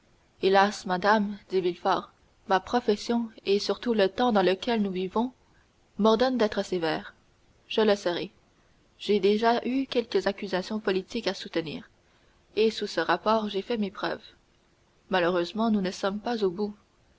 hélas madame dit villefort ma profession et surtout le temps dans lequel nous vivons m'ordonnent d'être sévère je le serai j'ai déjà eu quelques accusations politiques à soutenir et sous ce rapport j'ai fait mes preuves malheureusement nous ne sommes pas au bout